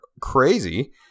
crazy